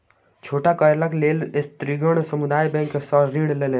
छोट कार्यक लेल स्त्रीगण समुदाय बैंक सॅ ऋण लेलैन